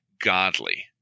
godly